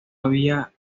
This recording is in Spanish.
había